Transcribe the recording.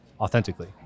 authentically